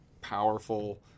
powerful